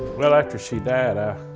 well, after she died, but